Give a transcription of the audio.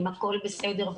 אם הכול בסדר,